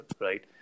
right